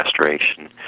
Restoration